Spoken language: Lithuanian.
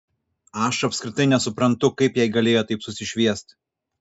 aš apskritai nesuprantu kaip jai galėjo taip susišviest